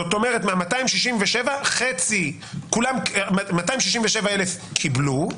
זאת אומרת ש-267,000 קיבלו,